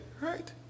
Right